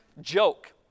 joke